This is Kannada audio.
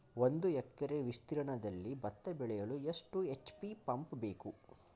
ಒಂದುಎಕರೆ ವಿಸ್ತೀರ್ಣದಲ್ಲಿ ಭತ್ತ ಬೆಳೆಯಲು ಎಷ್ಟು ಎಚ್.ಪಿ ಪಂಪ್ ಬೇಕು?